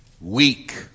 weak